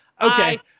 Okay